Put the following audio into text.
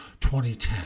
2010